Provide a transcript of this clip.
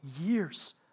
years